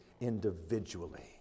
individually